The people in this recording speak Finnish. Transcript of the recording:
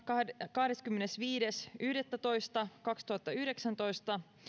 kahdeskymmenesviides yhdettätoista kaksituhattayhdeksäntoista